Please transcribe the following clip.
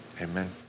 Amen